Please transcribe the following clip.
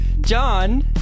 John